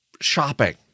shopping